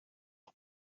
one